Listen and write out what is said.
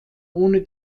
ohne